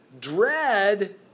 dread